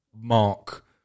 Mark